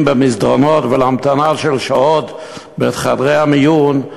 במסדרונות ולהמתנה של שעות בחדרי המיון,